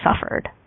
suffered